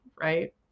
right